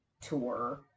tour